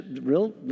real